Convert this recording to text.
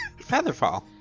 Featherfall